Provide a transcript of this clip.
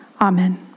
Amen